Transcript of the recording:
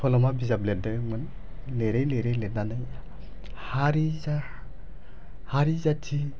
सल'मा बिजाब लिरदोंमोन लिरै लिरै लिरनानै हारि जाथि